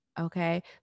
okay